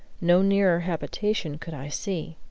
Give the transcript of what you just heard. no nearer habitation could i see.